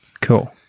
Cool